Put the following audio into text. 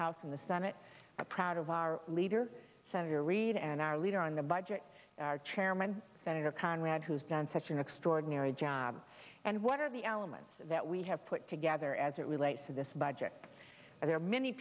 house in the senate are proud of our leader senator reid and our leader on the budget our chairman senator conrad who's done such an extraordinary job and what are the elements that we have put together as a late for this budget and there